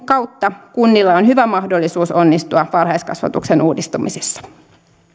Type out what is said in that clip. kautta kunnilla on hyvä mahdollisuus onnistua varhaiskasvatuksen uudistamisessa